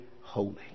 holy